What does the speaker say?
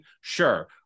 sure